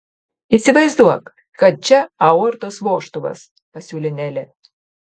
įsivaizduok kad čia aortos vožtuvas pasiūlė nelė